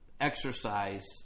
exercise